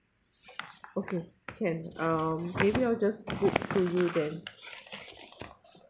okay can um may I'll just book through you then